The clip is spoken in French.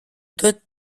dot